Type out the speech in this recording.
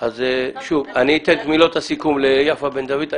אני אתן את מילות הסיכום ליפה בן דוד.